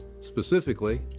Specifically